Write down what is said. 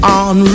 on